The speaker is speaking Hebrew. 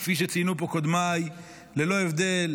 כפי שציינו פה קודמיי, ללא הבדל